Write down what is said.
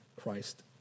Christ